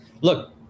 look